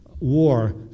war